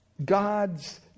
God's